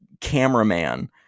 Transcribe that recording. cameraman